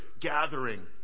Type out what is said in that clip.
gathering